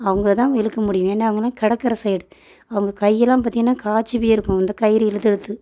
அவங்க தான் இழுக்க முடியும் ஏன்னால் அவங்கெலாம் கடற்கரை சைட் அவங்க கையெல்லாம் பார்த்தீங்கன்னா காய்ச்சி போயிருக்கும் அந்த கயிறு இழுத்து இழுத்து